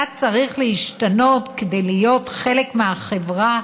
אתה צריך להשתנות כדי להיות חלק מהחברה,